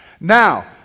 Now